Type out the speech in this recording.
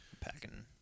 packing